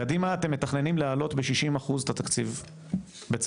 קדימה אתם מתכננים להעלות ב-60 אחוז את התקציב בצרפת,